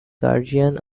guardian